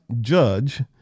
judge